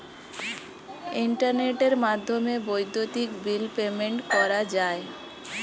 ইন্টারনেটের মাধ্যমে বৈদ্যুতিক বিল পেমেন্ট করা যায়